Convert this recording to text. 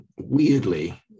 weirdly